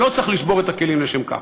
ולא צריך לשבור את הכלים לשם כך.